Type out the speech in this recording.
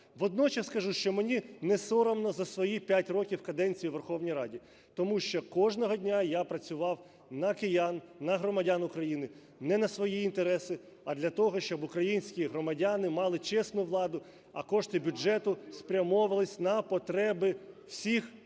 Водночас скажу, що мені не соромно за свої 5 років каденції у Верховній Раді, тому що кожного дня я працював на киян, на громадян України, не на свої інтереси, а для того, щоб українські громадяни мали чесну владу, а кошти бюджету спрямовувались на потреби всіх громадян,